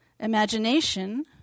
imagination